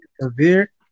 severe